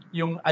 yung